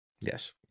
Yes